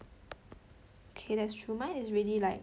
okay that's true mine is really like